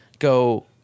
go